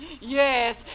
Yes